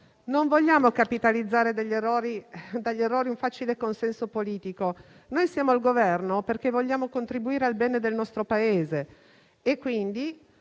Non vogliamo capitalizzare dagli errori un facile consenso politico; noi siamo al Governo perché vogliamo contribuire al bene del nostro Paese